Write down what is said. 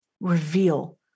reveal